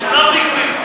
שמונה פיגועים.